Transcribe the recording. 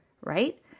right